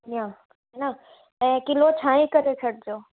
ईंअ न ऐं किलो छाईं करे छॾिजो